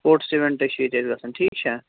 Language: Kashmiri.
سپوٹٕس اِوینٛٹ چھِ ییٚتہِ اَسہِ گژھن ٹھیٖک چھا